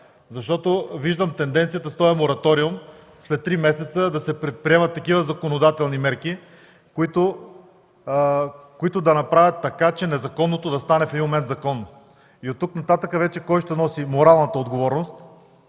Виждам тенденцията на този мораториум – след три месеца да се предприемат такива законодателни мерки, които да направят така, че незаконното в един момент да стане законно. Оттук нататък кой ще носи моралната отговорност?